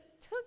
took